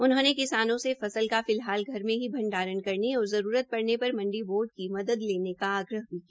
उन्होंने किसानों से फसल का फिलहाल घर में ही भंडारण करने और जरूरत पड़ने पर मंडी बोर्ड की मदद लेने का आग्रह भी किया